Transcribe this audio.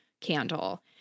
candle